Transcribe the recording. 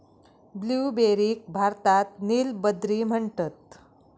ब्लूबेरीक भारतात नील बद्री म्हणतत